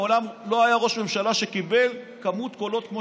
מעולם לא היה ראש ממשלה שקיבל כמות קולות כמו